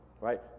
Right